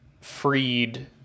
freed